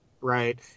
right